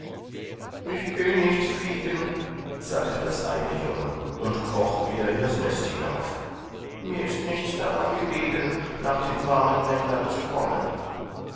ich will nicht fliegen sagte das eine junge und kroch wieder in das nest hinauf mir ist nichts daran gelegen nach den warmen ländern zu kommen